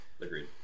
agreed